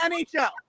NHL